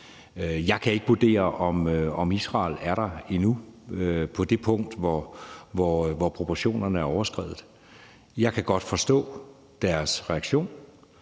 Jeg kan ikke vurdere, om Israel er på det punkt endnu, hvor proportionerne er overskredet. Jeg kan godt forstå deres reaktion.